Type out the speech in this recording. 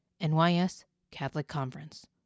NYSCatholicConference